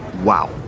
Wow